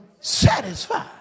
satisfied